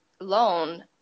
loan